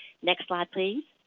next slide please.